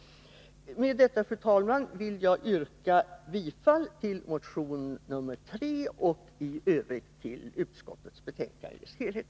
Med detta, fru talman, vill jag yrka bifall till reservation 3 och i övrigt till utskottets hemställan i dess helhet.